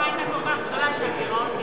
ההצלחה הייתה כל כך גדולה שהגירעון גדל.